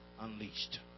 unleashed